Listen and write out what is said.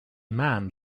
man